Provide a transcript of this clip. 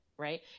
right